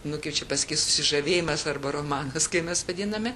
nu kaip čia pasakyt susižavėjimas arba romanas kaip mes vadiname